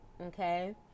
okay